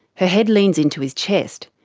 her head leans in to his chest.